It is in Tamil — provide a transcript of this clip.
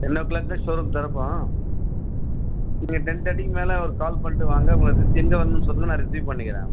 டென் ஓ க்ளாக் தான் ஷோ ரூம் திறப்போம் நீங்கள் டென் தேர்ட்டிக்கு மேலே ஒரு கால் பண்ணிட்டு வாங்க உங்களை ரிசிவ் எங்கள் வரணும்னு சொல்லுங்கள் நான் ரிசிவ் பண்ணிக்கிறேன் உங்களை